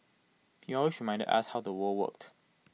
he also reminded us how the world worked